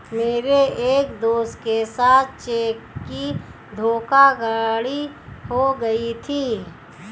मेरे एक दोस्त के साथ चेक की धोखाधड़ी हो गयी थी